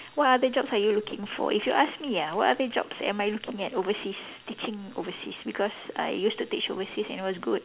what other jobs are you looking for if you ask me ah what other jobs am I looking at overseas teaching overseas because I used to teach overseas and it was good